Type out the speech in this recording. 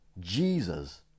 Jesus